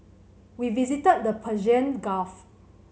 we visited the Persian Gulf